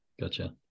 Gotcha